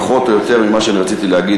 פחות או יותר מה שאני רציתי להגיד.